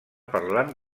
parlant